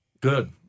Good